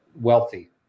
wealthy